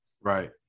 Right